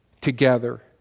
together